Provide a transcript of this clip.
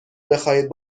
بخواهید